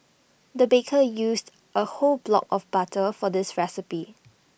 the baker used A whole block of butter for this recipe